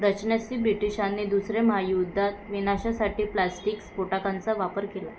रचना सी ब्रिटिशांनी दुसरे महायुद्धात विनाशासाठी प्लास्टिक स्फोटकांचा वापर केला